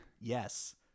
Yes